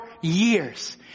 years